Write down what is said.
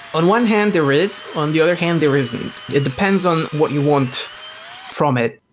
on one hand, there is. on the other hand, there isn't. it depends on what you want from it.